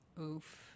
oof